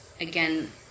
again